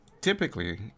typically